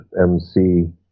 MC